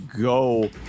go